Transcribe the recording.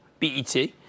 BET